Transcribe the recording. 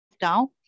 down